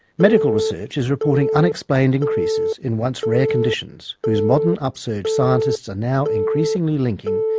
medical research is reporting unexplained increases in once-rare conditions whose modern upsurge scientists are now increasingly linking,